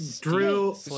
Drew